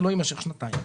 זה לא יימשך שנתיים.